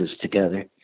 together